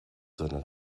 seiner